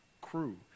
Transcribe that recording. crew